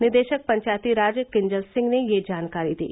निदेशक पंचायतीराज किंजल सिंह ने यह जानकारी दी